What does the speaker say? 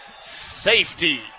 Safety